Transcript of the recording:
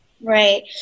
Right